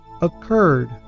occurred